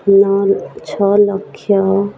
ନଅ ଛଅ ଲକ୍ଷ